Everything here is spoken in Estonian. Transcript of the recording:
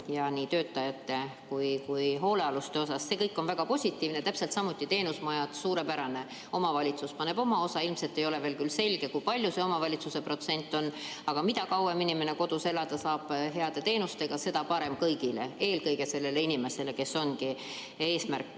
nii töötajate kui ka hoolealuste seas. See kõik on väga positiivne. Täpselt samuti teenusmajad, suurepärane, omavalitsus paneb oma osa. Ilmselt ei ole veel selge, kui suur see omavalitsuse protsent on. Aga mida kauem inimene heade teenustega kodus elada saab, seda parem kõigile, eelkõige sellele inimesele, keda ongi eesmärk